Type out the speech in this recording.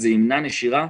זה ימנע נשירה,